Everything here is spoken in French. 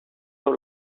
dans